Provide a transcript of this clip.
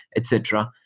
etc.